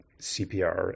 CPR